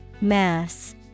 Mass